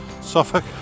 Suffolk